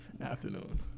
afternoon